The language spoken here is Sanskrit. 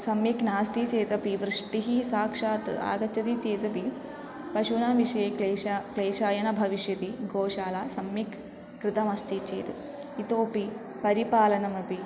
सम्यक् नास्ति चेदपि वृष्टिः साक्षात् आगच्छति चेदपि पशूनां विषये क्लेशाः क्लेशाय न भविष्यति गोशाला सम्यक् कृतमस्ति चेत् इतोऽपि परिपालनमपि